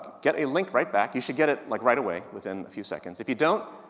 get a link right back, you should get it like right away, within a few seconds. if you don't,